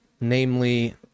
namely